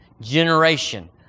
generation